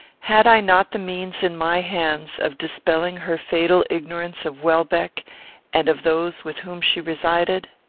had i not the means in my hands of dispelling her fatal ignorance of welbeck and of those with whom she resided?